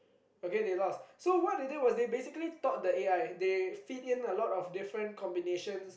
okay they lost so what they did was they basically taught the A_I they feed him a lot of different combinations